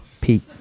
Pete